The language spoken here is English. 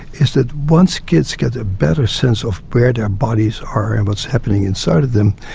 is that once kids get a better sense of where their bodies are and what's happening inside of them,